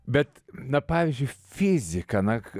bet na pavyzdžiui fizika na